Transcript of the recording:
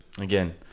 again